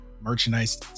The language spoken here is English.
merchandise